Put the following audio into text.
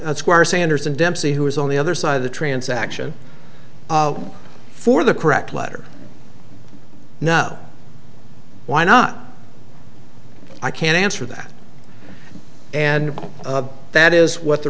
the squire sanders and dempsey who was on the other side of the transaction for the correct letter no why not i can't answer that and that is what the